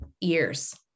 years